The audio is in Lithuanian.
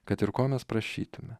kad ir ko mes prašytume